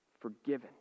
forgiven